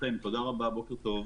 בוקר טוב.